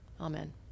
amen